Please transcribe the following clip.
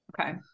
Okay